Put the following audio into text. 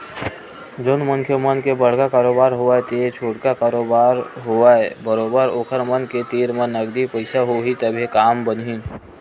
जउन मनखे मन के बड़का कारोबार होवय ते छोटका कारोबार होवय बरोबर ओखर मन के तीर म नगदी पइसा होही तभे काम बनही